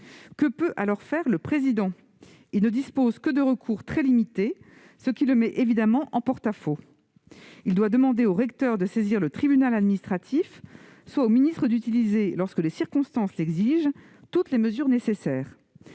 Que peut alors faire le président ? Il ne dispose que de recours très limités, ce qui le met évidemment en porte-à-faux. Il doit demander au recteur de saisir le tribunal administratif, ou au ministre d'utiliser, lorsque les circonstances l'exigent, toutes les mesures nécessaires.